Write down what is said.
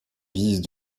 guise